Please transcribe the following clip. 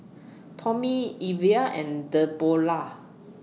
Tommy Evia and Deborrah